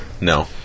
No